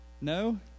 No